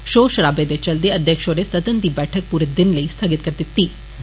षोर षराबे दे चलदे अध्यक्ष होरें सदन दी बैठक पूरे दिन लेई स्थगित करी दिती गेई